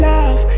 Love